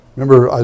Remember